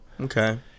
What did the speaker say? Okay